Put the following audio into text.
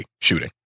shooting